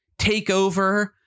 takeover